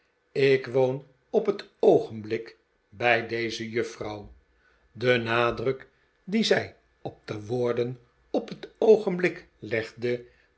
ik woon op het oogenblik bij deze juffrouw de nadruk dien zij op de woorden op het oogenblik